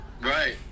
Right